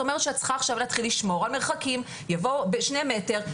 זה אומר שאת צריכה עכשיו להתחיל לשמור על מרחקים ב-2 מטר,